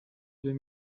deux